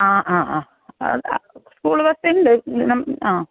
ആ ആ ആ സ്കൂൾ ബസ് ഉണ്ട് ആ